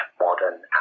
modern